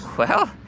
well,